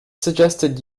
suggested